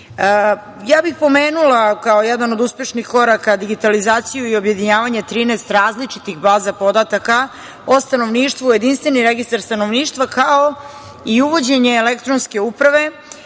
bih pomenula, kao jedan od uspešnih koraka, digitalizaciju i objedinjavanje 13 različitih baza podataka o stanovništvu, jedinstveni registar stanovništva, kao i uvođenje elektronske uprave,